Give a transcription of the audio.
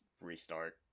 restart